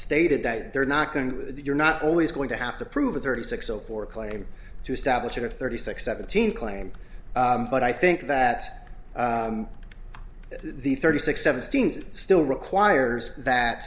stated that they're not going to you're not always going to have to prove a thirty six or claim to establish a thirty six seventeen claim but i think that the thirty six seventeen still requires that